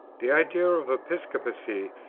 the idea of episcopacy,